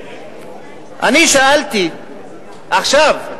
אני שאלתי עכשיו,